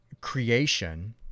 Creation